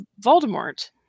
Voldemort